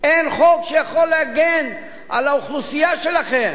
אין חוק שיכול להגן על האוכלוסייה שלכם